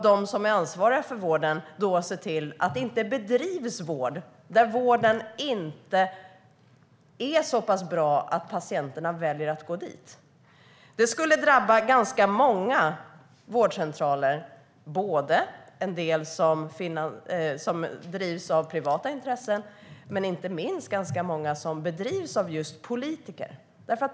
De som är ansvariga för vården får då se till att det inte bedrivs vård som inte är så pass bra att patienterna väljer att gå dit. Det skulle drabba ganska många vårdcentraler, både en del som drivs av privata intressen och - inte minst - ganska många som drivs av just politiker.